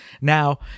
now